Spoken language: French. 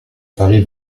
paris